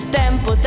tempo